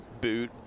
boot